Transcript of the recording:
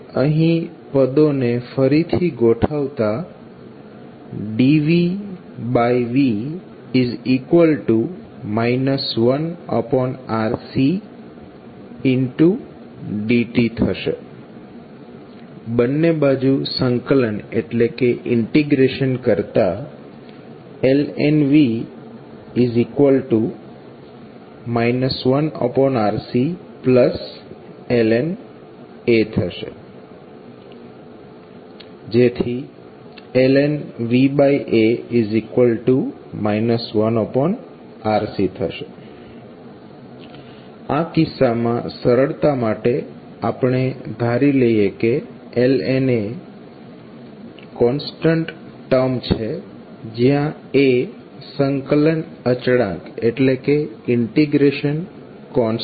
હવે અહીં પદોને ફરીથી ગોઠવતા dVV 1RC dt બંને બાજુ સંકલન કરતા ln V 1RCln A ln VA 1RC આ કિસ્સામાં સરળતા માટે આપણે ધારી લઈએ કે ln A કોન્સ્ટન્ટ ટર્મ છે જયાં A સંકલન અચળાંક છે